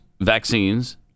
vaccines